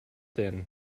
then